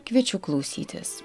kviečiu klausytis